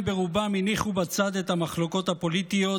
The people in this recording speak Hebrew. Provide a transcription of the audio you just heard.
ברובם הניחו בצד את המחלוקות הפוליטיות